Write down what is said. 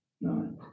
nine